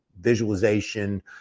visualization